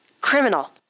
Criminal